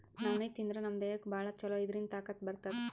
ನವಣಿ ತಿಂದ್ರ್ ನಮ್ ದೇಹಕ್ಕ್ ಭಾಳ್ ಛಲೋ ಇದ್ರಿಂದ್ ತಾಕತ್ ಬರ್ತದ್